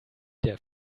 der